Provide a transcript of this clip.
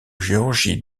géorgie